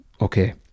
okay